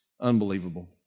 unbelievable